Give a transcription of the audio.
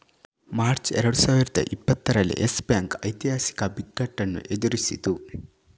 March ಎರಡು ಸಾವಿರದ ಇಪ್ಪತ್ತರಲ್ಲಿ ಯೆಸ್ ಬ್ಯಾಂಕ್ ಐತಿಹಾಸಿಕ ಬಿಕ್ಕಟ್ಟನ್ನು ಎದುರಿಸಿತು